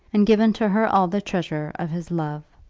and given to her all the treasure of his love?